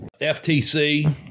FTC